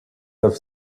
have